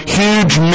huge